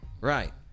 Right